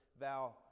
thou